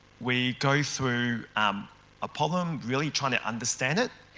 we go through um a problem really trying to understand it.